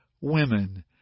women